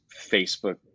Facebook